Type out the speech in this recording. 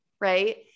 Right